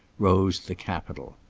rose the capitol.